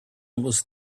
was